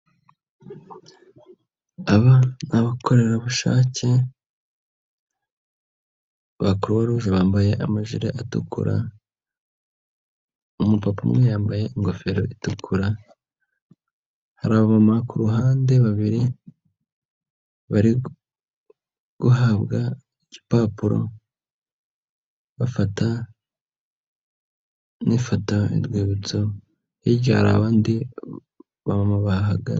Abakorerabushake ba Crox Rouge bambaye amajile atukura, umupa umwe yambaye ingofero itukura, hari abama kuruhande babiri bari guhabwa igipapuro bafata nk'ifato y'urwibutso, hirya hari abandi bantu bahagaze.